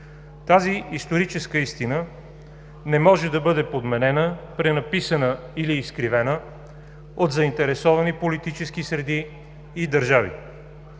Тази историческа истина не може да бъде подменена, пренаписана или изкривена от заинтересовани политически среди и държави.